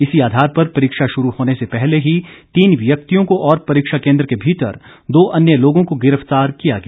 इसी आधार पर परीक्षा शुरू होने से पहले ही तीन व्यक्तियों को और परीक्षा केंद्र के भीतर दो अन्य लोगों को गिरफ्तार किया गया